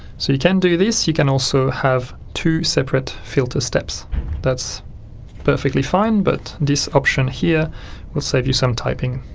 so you can do this, you can also have two separate filter steps that's perfectly fine but this option here will save you some typing.